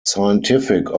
scientific